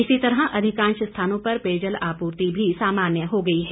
इसी तरह अधिकांश स्थानों पर पेयजल आपूर्ति भी सामान्य हो गई है